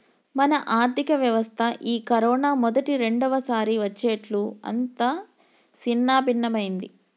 మన ఆర్థిక వ్యవస్థ ఈ కరోనా మొదటి రెండవసారి వచ్చేట్లు అంతా సిన్నభిన్నమైంది